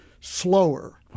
slower